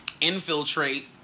infiltrate